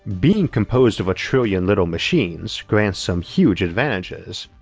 being composed of a trillion little machines grants some huge advantages,